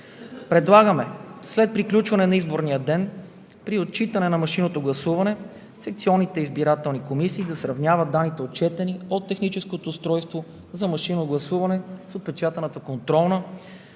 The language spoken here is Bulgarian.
Предлагаме след приключване на изборния ден при отчитане на машинното гласуване секционните избирателни комисии да сравняват отчетените данни от техническото устройство за машинно гласуване с отпечатаната контролна